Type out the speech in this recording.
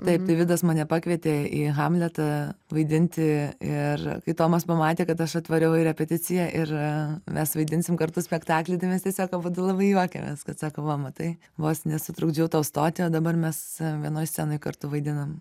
taip deividas mane pakvietė į hamletą vaidinti ir kai tomas pamatė kad aš atvažiavau į repeticiją ir mes vaidinsim kartu spektaklįtai mes tiesiog abudu labai juokiamės kad sako va matai vos nesutrukdžiau tau stoti o dabar mes vienoj scenoj kartu vaidinam